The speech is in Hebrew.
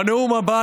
בנאום הבא,